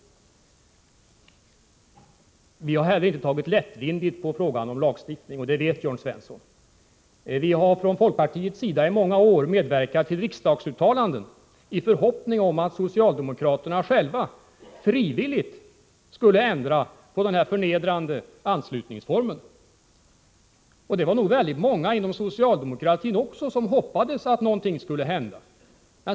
Vi har inte heller behandlat frågan om lagstiftning lättvindigt, och det vet Jörn "Svensson. Vi har från folkpartiets sida i många år medverkat till riksdagsuttalanden, i förhoppning om att socialdemokraterna själva frivilligt skulle ändra på den här förnedrande anslutningsformen. Det var nog också många inom socialdemokratin som hade hoppats att någonting skulle hända.